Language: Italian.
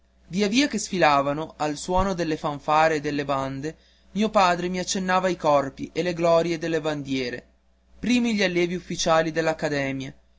via via che sfilavano al suono delle fanfare e delle bande mio padre mi accennava i corpi e le glorie delle bandiere primi gli allievi